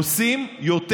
עושים יותר,